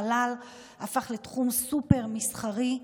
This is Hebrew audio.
החלל הפך לתחום סופר-מסחרי,